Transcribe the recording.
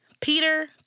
Peter